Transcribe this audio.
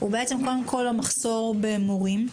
לדבר קודם כול על המחסור במורים,